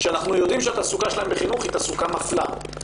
כשאנחנו יודעים שהתעסוקה שלהן בחינוך היא תעסוקה מפלה,